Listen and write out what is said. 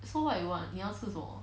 so what you want 你要吃什么